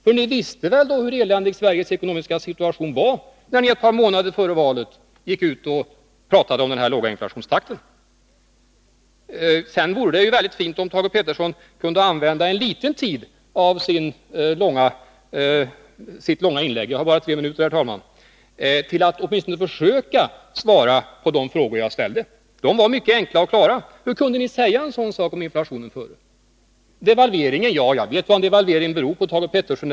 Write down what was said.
För ni visste väl hur eländig Sveriges ekonomiska situation var, när ni ett par månader före valet gick ut och pratade om den här låga inflationstakten. Sedan vore det mycket fint om Thage Peterson kunde använda en liten del av sitt långa inlägg — jag har bara tre minuter, herr talman — till att åtminstone försöka svara på de frågor jag ställde. De var mycket enkla och klara. Hur kunde ni säga en sådan sak om inflationen före valet? När det gäller devalveringen så vet jag vad en devalvering beror på, Thage Peterson.